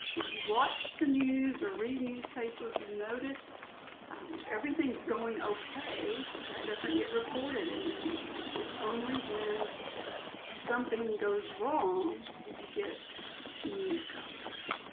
if you watch the news or read newspapers, you notice if everything's going ok, that doesn't get reported in the news. it's only when something goes wrong, do you get news coverage.